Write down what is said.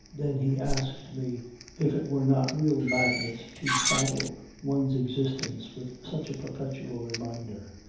then he asked me if it were not real madness, to saddle one's existence with such a perpetual reminder.